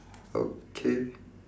okay